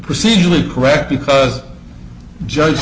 procedurally correct because judge